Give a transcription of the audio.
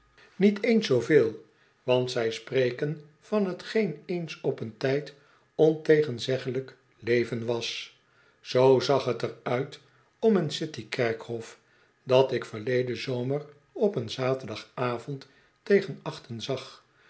niet eens zooveel want zij spreken van t geen eens op een tyd ontegenzeglijk leven was zoo zag t er uit om een city kerkhof dat ik verleden zomer op een zaterdagavond tegen achten zag